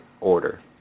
order